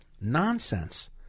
nonsense